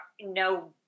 no